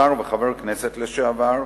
שר וחבר הכנסת לשעבר,